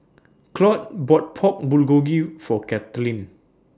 Claud bought Pork Bulgogi For Kathlene